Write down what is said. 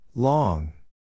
Long